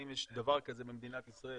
האם יש דבר כזה במדינת ישראל,